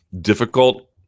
Difficult